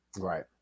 Right